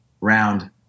Round